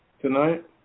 tonight